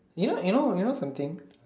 you know you know something